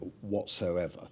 whatsoever